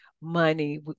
money